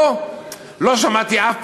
פה לא שמעתי אף פוליטיקאי,